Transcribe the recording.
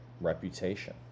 reputation